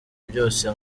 byose